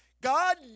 God